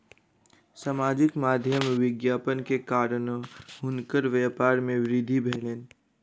सामाजिक माध्यमक विज्ञापन के कारणेँ हुनकर व्यापार में वृद्धि भेलैन